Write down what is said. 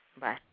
Bye